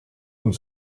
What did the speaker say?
und